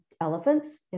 elephants